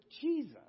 Jesus